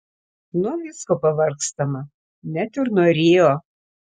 nuo visko pavargstama net ir nuo rio